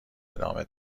دامه